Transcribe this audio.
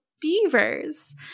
beavers